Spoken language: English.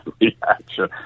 reaction